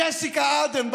ג'סינדה ארדרן,